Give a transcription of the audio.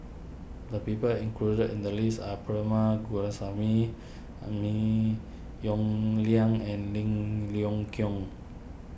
the people included in the list are Perumal Govindaswamy are Lim Yong Liang and Lim Leong Geok